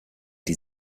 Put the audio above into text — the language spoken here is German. die